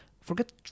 Forget